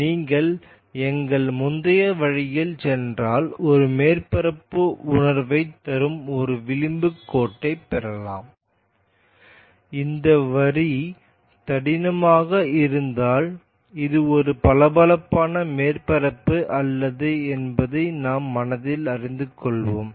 நீங்கள் எங்கள் முந்தைய வழியில் சென்றால் ஒரு மேற்பரப்பு உணர்வைத் தரும் ஒரு விளிம்பு கோட்டை பெறலாம் இந்த வரி தடிமனாக இருந்தால் இது ஒரு பளபளப்பான மேற்பரப்பு அல்ல என்பதை நம் மனதில் அறிந்து கொள்வோம்